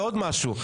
ועוד משהו,